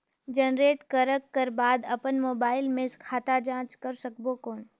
Generate करक कर बाद अपन मोबाइल फोन मे खाता जांच कर सकबो कौन?